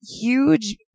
huge